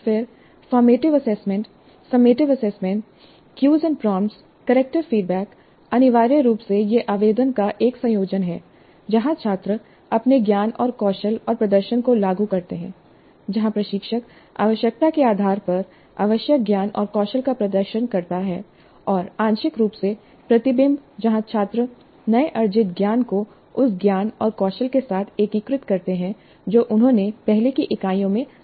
फिर formative assessment summative assessment cues and prompt corrective feedback अनिवार्य रूप से यह आवेदन का एक संयोजन है जहां छात्र अपने ज्ञान और कौशल और प्रदर्शन को लागू करते हैं जहां प्रशिक्षक आवश्यकता के आधार पर आवश्यक ज्ञान और कौशल का प्रदर्शन करता है और आंशिक रूप से प्रतिबिंब जहां छात्र नए अर्जित ज्ञान को उस ज्ञान और कौशल के साथ एकीकृत करते हैं जो उन्होंने पहले की इकाइयों में हासिल कर लिया है